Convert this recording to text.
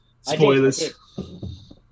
Spoilers